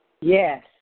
Yes